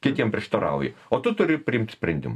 kitiem prieštarauja o tu turi priimt sprendimą